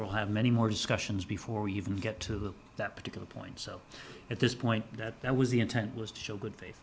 we'll have many more discussions before you even get to that particular point so at this point that that was the intent was to show good